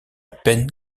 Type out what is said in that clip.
peine